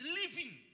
living